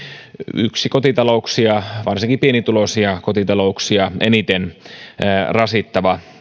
yksi kotitalouksia varsinkin pienituloisia kotitalouksia eniten rasittavista